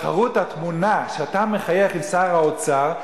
בחרו את התמונה שאתה מחייך עם שר האוצר,